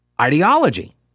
ideology